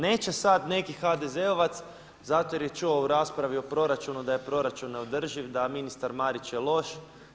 Neće sada neki HDZ-ovac zato jer je čuo u raspravi o proračunu da je proračun neodrživ, da ministar Marić je loš.